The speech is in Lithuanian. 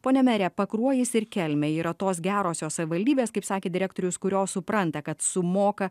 pone mere pakruojis ir kelmė yra tos gerosios savivaldybės kaip sakė direktorius kurios supranta kad sumoka